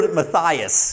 Matthias